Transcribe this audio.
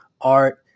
art